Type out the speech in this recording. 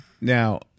now